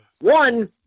one